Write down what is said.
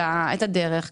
את הדרך,